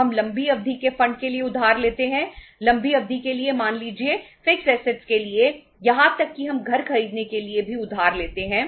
जब हम लंबी अवधि के फंड के लिए यहां तक कि हम घर खरीदने के लिए भी उधार लेते हैं